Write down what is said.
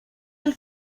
del